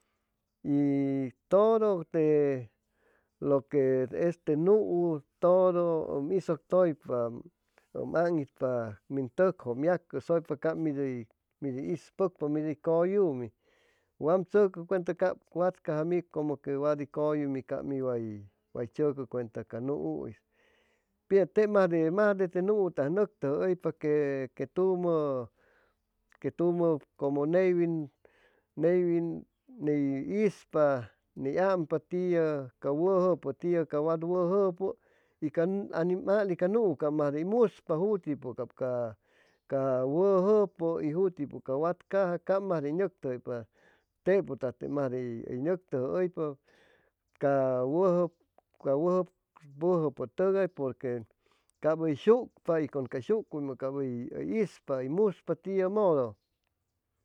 Y tudu lu que es te nu'u tudu um isuctuypa um ag'itpa min tuc'ju um yacusuypa mid uy is pucpa mid uy cuyumi wam tsucu cuenta watcaja mid cumu que way cuyumi cab mi way chucu cuenta ca nu'uis píisan mas de te nu'u mas de nuctuju uypa que tumu cumu ney'win ni ispa ni ampa tiu wujupu y tiu ca wad wujupu y ca nu'u mas dey muspa ca wujupu y jutipu ca wat caja ca mas de uy nuctuju'uypa tepu mas de uy nuctujuuypa ca wujupu tugay pur que cab uy shucpa ca shucuym uy ispa uy muspa tiu mudu